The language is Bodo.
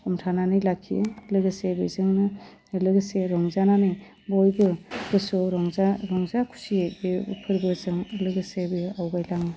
हमथानानै लाखियो लोगोसे बेजोंनो लोगोसे रंजानानै बयबो गोसोआव रंजा रंजा खुसुयै बे फोरबोजों लोगोसे बेयो आवगाय लाङो